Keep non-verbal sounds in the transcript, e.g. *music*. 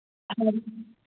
*unintelligible*